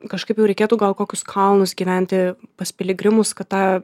kažkaip jau reikėtų gal kokius kalnus gyventi pas piligrimus kad tą